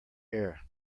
air